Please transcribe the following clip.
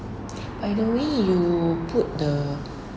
by the way you put the